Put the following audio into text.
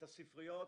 את הספריות